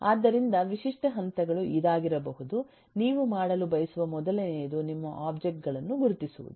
ಆದ್ದರಿಂದ ವಿಶಿಷ್ಟ ಹಂತಗಳು ಇದಾಗಿರಬಹುದು ನೀವು ಮಾಡಲು ಬಯಸುವ ಮೊದಲನೆಯದು ನಿಮ್ಮ ಒಬ್ಜೆಕ್ಟ್ ಗಳನ್ನು ಗುರುತಿಸುವುದು